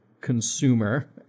consumer